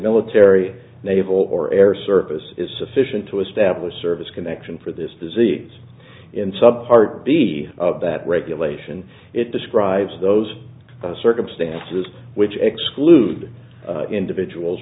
military naval or air service is sufficient to establish service connection for this disease in sub heart b of that regulation it describes those circumstances which exclude individuals